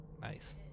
Nice